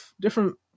different